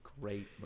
great